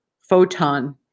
Photon